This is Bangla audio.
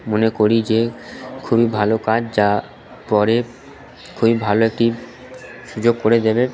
মনে করি যে খুবই ভালো কাজ যা পরে খুবই ভালো একটি সুযোগ করে দেবে